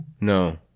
No